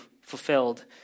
fulfilled